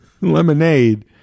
lemonade